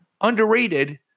underrated